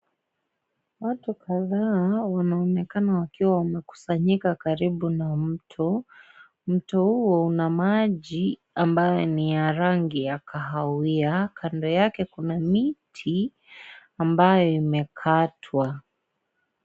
Watu kadhaa awa wanaonekana wakiwa wamekusanyika karibu na mto. Mto huo una maji ambayo ni ya rangi ya kahawia. Kando yake kuna miti ambayo imekatwa.